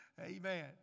Amen